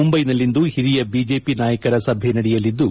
ಮುಂಬ್ಲೆನಲ್ಲಿಂದು ಹಿರಿಯ ಬಿಜೆಪಿ ನಾಯಕರ ಸಭೆ ನಡೆಯಲಿದ್ದು